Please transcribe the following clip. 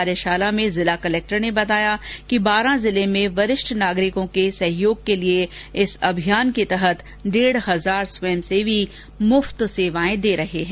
कार्यशाला में जिला कलेक्टर ने बताया कि जिले में वरिष्ठ नागरिकों के सहयोग के लिए डेढ़ हजार स्वयंसेवी मुफ्त सेवा दे रहे हैं